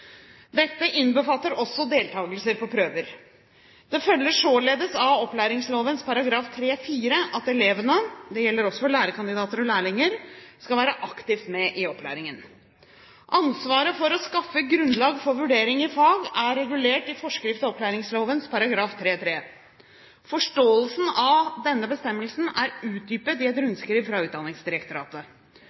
Dette innbefatter også deltakelse på prøver. Det følger således av opplæringsloven § 3-4 at elevene – det gjelder også for lærerkandidater og lærlinger – skal være aktivt med i opplæringen. Ansvaret for å skaffe grunnlag for vurdering i fag er regulert i forskrift til opplæringsloven § 3-3. Forståelsen av denne bestemmelsen er utdypet i et rundskriv fra Utdanningsdirektoratet.